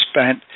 spent